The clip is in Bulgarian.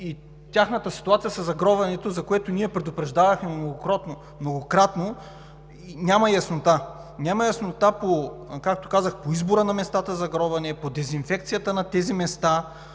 тяхната ситуация със загробването, за което ние предупреждавахме многократно, няма яснота. Няма яснота, както казах, по избора на местата на загробване, по дезинфекцията на тези места,